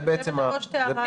זה בעצם --- מיקי,